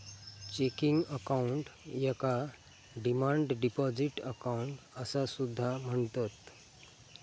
checking account याका demand deposit account असा सुद्धा म्हणतत